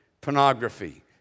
pornography